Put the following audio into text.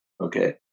Okay